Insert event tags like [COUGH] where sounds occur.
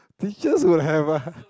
teachers would have a [LAUGHS]